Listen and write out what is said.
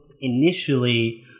initially